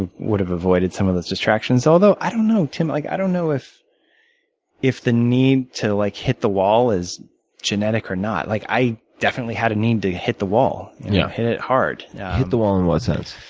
and would have avoided some of those distractions. although, i don't know. but like i don't know if if the need to like hit the wall is genetic or not. like i definitely had a need to hit the wall and yeah hit it heard. hit the wall in what